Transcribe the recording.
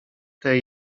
tej